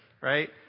right